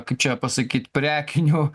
kaip čia pasakyt prekinių